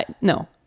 No